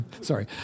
sorry